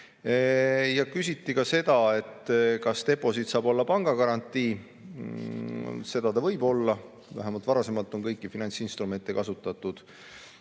Küsiti ka seda, kas deposiit saab olla pangagarantii. Seda ta võib olla. Vähemalt varem on kõiki finantsinstrumente kasutatud. Ja